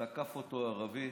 תקף אותו ערבי,